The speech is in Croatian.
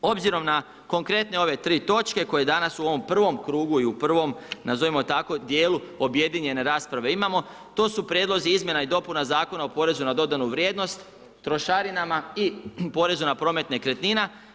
Obzirom na konkretne ove tri točke koje danas u ovom prvom krugu i u prvom nazovimo tako djelu objedinjene rasprave imamo, to su prijedlozi izmjena i dopuna Zakona o porezu na dodanu vrijednost, trošarinama i porezu na promet nekretnina.